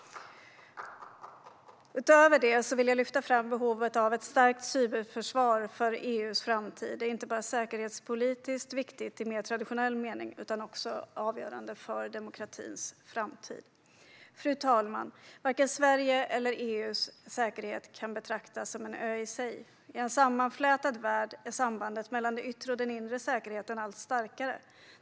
Utöver detta vill jag lyfta fram behovet av ett starkt cyberförsvar för EU:s framtid. Det är inte bara säkerhetspolitiskt viktigt i mer traditionell mening utan också avgörande för demokratins framtid. Fru talman! Varken Sveriges eller EU:s säkerhet kan betraktas som en ö i sig. I en sammanflätad värld är sambandet mellan den yttre och den inre säkerheten allt starkare.